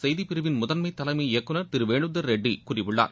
செய்திப் பிரிவின் முதன்மை தலைமை இயக்குநர் திரு வேணுதர் ரெட்டி கூறியுள்ளார்